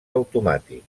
automàtic